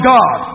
God